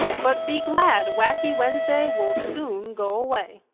but be glad! wacky wednesday will soon go away!